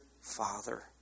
Father